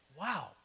Wow